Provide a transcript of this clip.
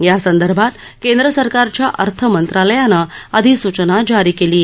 यासंदर्भात केंद्र सरकारच्या अर्थ मंत्रालयानं अधिसूचना जारी केली आहे